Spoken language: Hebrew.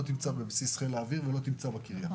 לא תמצא אותו בבסיס חיל האוויר ולא בקריה,